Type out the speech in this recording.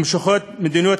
תמשיך מדיניות